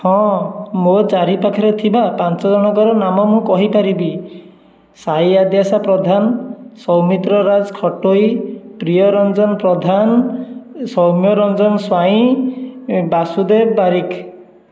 ହଁ ମୋ ଚାରି ପାଖରେ ଥିବା ପାଞ୍ଚ ଜଣଙ୍କ ନାମ ମୁଁ କହି ପାରିବି ସାଇ ଆଦ୍ୟାଶା ପ୍ରଧାନ ସୌମିତ୍ର ରାଜ ଖଟୋଇ ପ୍ରିୟ ରଞ୍ଜନ ପ୍ରଧାନ ସୌମ୍ୟରଞ୍ଜନ ସ୍ୱାଇଁ ବାସୁଦେବ ବାରିକ